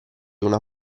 una